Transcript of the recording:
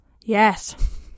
Yes